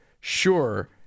Sure